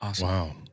Wow